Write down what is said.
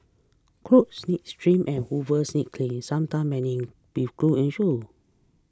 coats needs trim and hooves need cleaning sometime mending with glue and shoe